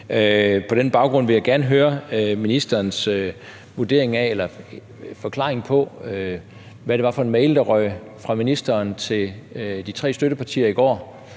På den baggrund vil jeg gerne høre ministerens vurdering af eller forklaring på, hvad det var for en mail, der røg fra ministeren til de tre støttepartier i går,